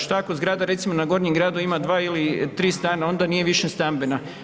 Šta ako zgrada recimo na gornjem gradu ima 2 ili 3 stana onda nije više stambena?